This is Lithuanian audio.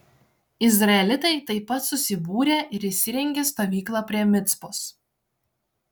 izraelitai taip pat susibūrė ir įsirengė stovyklą prie micpos